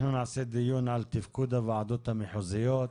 אנחנו נקיים דיון על תפקוד הועדות המחוזיות,